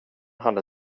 hade